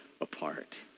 apart